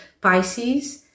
Pisces